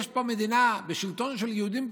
יש פה מדינה ושלטון של יהודים,